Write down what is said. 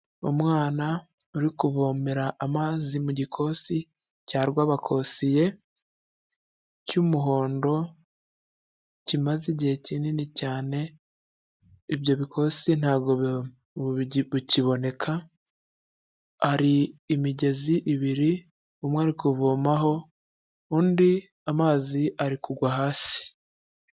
Umwana uri kuvomera amazi mu gikosi cya rwabakosiye, cy'umuhondo, kimaze igihe kinini cyane, ibyo bikosi ntabwo ubu bikiboneka, hari imigezi ibiri, umwe ari kuvomaho, undi amazi ari kugwa hasi.